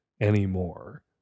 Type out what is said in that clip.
anymore